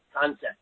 concept